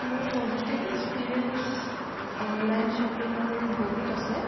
মোৰ positive experience online শ্বপিঙৰ বহুত আছে